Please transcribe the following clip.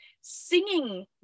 singing